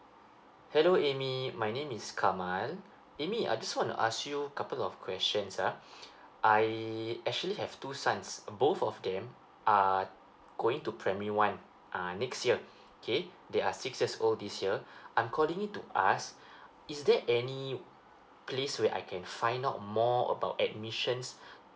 hello amy my name is kamil amy I just wanna ask you couple of questions ah I actually have two sons both of them are going to primary one uh next year okay they are six years old this year I'm calling in to ask is there any place where I can find out more about admission